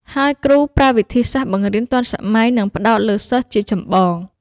ហើយគ្រូប្រើវិធីសាស្ត្របង្រៀនទាន់សម័យនិងផ្តោតលើសិស្សជាចម្បង។